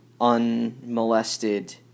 unmolested